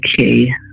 okay